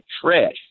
trash